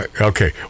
Okay